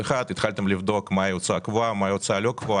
התחלתם לבדוק מהי הוצאה קבועה ומהי הוצאה לא קבועה.